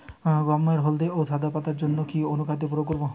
গমের হলদে ও সাদা পাতার জন্য কি অনুখাদ্য প্রয়োগ করব?